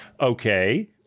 Okay